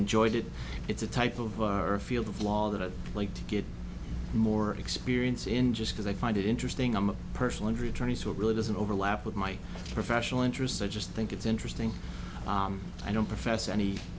enjoyed it it's a type of our field of law that i'd like to get more experience in just because i find it interesting i'm a personal injury attorney so it really doesn't overlap with my professional interests i just think it's interesting i don't profess any